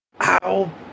Ow